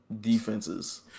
defenses